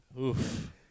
Oof